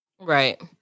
Right